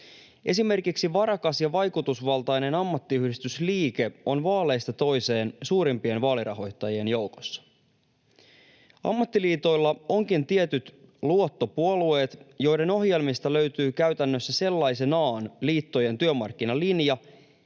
Esimerkiksi varakas ja vaikutusvaltainen ammattiyhdistysliike on vaaleista toiseen suurimpien vaalirahoittajien joukossa. Ammattiliitoilla onkin tietyt luottopuolueet, joiden ohjelmista löytyy käytännössä sellaisenaan liittojen työmarkkinalinja,